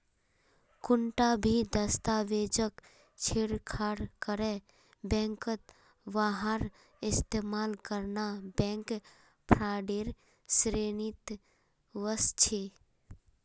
कुंटा भी दस्तावेजक छेड़छाड़ करे बैंकत वहार इस्तेमाल करना बैंक फ्रॉडेर श्रेणीत वस्छे